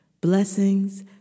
Blessings